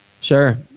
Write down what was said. Sure